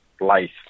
life